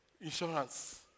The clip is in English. insurance